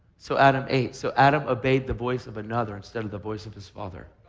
so adam ate. so adam obeyed the voice of another instead of the voice of his father.